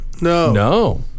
No